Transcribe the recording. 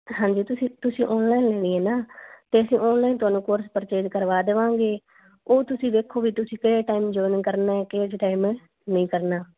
ਹਾਂਜੀ ਤੁਸੀਂ ਤੁਸੀਂ ਓਨਲਾਈਨ ਲੈਣੀ ਹੈ ਨਾ ਅਤੇ ਅਸੀਂ ਓਨਲਾਈਨ ਤੁਹਾਨੂੰ ਕੋਰਸ ਪਰਚੇਸ ਕਰਵਾ ਦੇਵਾਂਗੇ ਉਹ ਤੁਸੀਂ ਵੇਖੋ ਵੀ ਤੁਸੀਂ ਕਿਹੜੇ ਟਾਈਮ ਜੋਇਨਿੰਗ ਕਰਨਾ ਹੈ ਕਿਹੜੇ ਟਾਈਮ ਨਹੀਂ ਕਰਨਾ